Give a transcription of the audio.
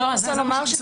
לא הולכים,